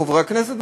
חברי הכנסת,